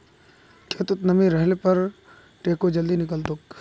खेतत नमी रहले पर टेको जल्दी निकलतोक